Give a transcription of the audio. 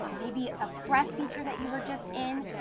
maybe a press feature that you were just in,